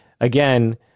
again